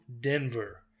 Denver